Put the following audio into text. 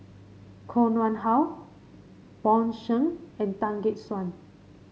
Koh Nguang How Bjorn Shen and Tan Gek Suan